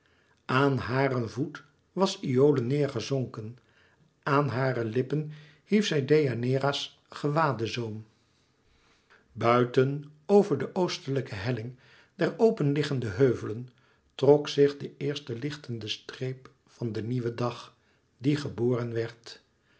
aan haren voet was iole neêr gezonken aan hare lippen hief zij deianeira's gewadezoom buiten over de oostelijke helling der open liggende heuvelen trok zich de eerste lichtende streep van den nieuwen dag die geboren werd